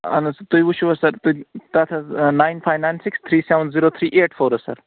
اَہَن تُہۍ وٕچھُو حظ سَر تُہۍ تَتھ حظ nine five nine six three seven zero three eight four حظ سَر